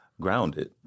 grounded